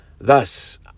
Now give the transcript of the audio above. Thus